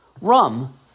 Rum